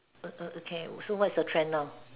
err err okay so what's your trend now